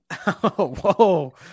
Whoa